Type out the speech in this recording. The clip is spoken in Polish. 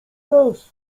nas